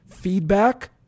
feedback